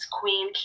queen